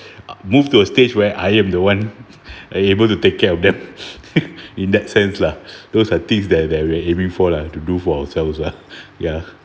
move to a stage where I am the one able to take care of them in that sense lah those are things that that we are aiming for lah to do for ourselves lah ya